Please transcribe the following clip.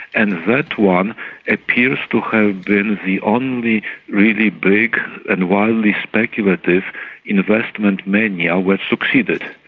and that one appears to have been the only really big and wildly speculative investment mania which succeeded.